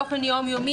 באופן יום יומי,